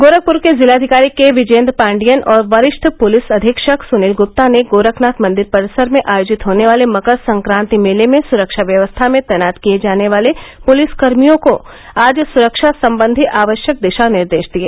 गोरखपुर के जिलाधिकारी के विजयेंद्र पांडियन और वरिष्ठ पुलिस अधीक्षक सुनील गुप्ता ने गोरखनाथ मंदिर परिसर में आयोजित होने वाले मकर संकांति मेले में सुरक्षा व्यवस्था में तैनात किए जाने वाले पुलिसकर्मियों को आज सुरक्षा संबंधी आवश्यक दिशानिर्देश दिए